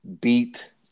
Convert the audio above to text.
beat